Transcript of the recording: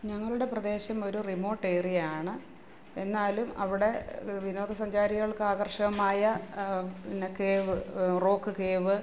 ഞങ്ങളുടെ പ്രദേശം ഒരു റിമോട്ട് ഏരിയ ആണ് എന്നാലും അവിടെ വിനോദസഞ്ചാരികള്ക്ക് ആകര്ഷകമായ പിന്നെ കേവ് റോക്ക് കേവ്